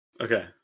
Okay